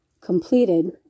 completed